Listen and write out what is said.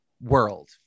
world